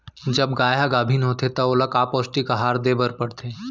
जब गाय ह गाभिन होथे त ओला का पौष्टिक आहार दे बर पढ़थे?